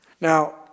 Now